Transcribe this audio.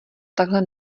takhle